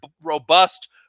robust